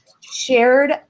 shared